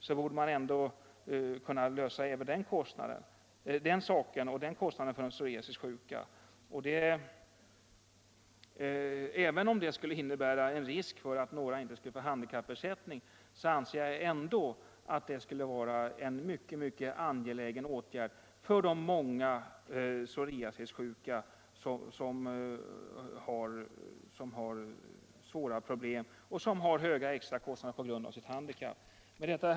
Man borde emellertid ändå kunna lösa det problemet och utge ersättning till de psoriasissjuka för bandagekostnaden, Även om det skulle innebära risk för att någon inte skulle få handikappersättning anser jag ändå att det är en mycket angelägen åtgärd för de många psoriasissjuka som har svåra problem och stora extra kostnader på grund av sitt handikapp. Herr talman!